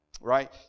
Right